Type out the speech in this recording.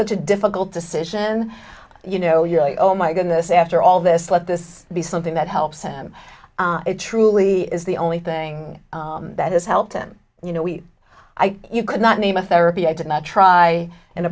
such a difficult decision you know you're like oh my goodness after all this let this be something that helps him it truly is the only thing that has helped him you know we could not name a therapy i did not try and